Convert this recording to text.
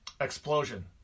explosion